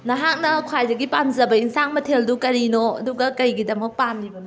ꯅꯍꯥꯛꯅ ꯈ꯭ꯋꯥꯏꯗꯒꯤ ꯄꯥꯝꯖꯕ ꯑꯦꯟꯁꯥꯡ ꯃꯊꯦꯜꯗꯨ ꯀꯔꯤꯅꯣ ꯑꯗꯨꯒ ꯀꯔꯤꯒꯤꯗꯃꯛ ꯄꯥꯝꯂꯤꯕꯅꯣ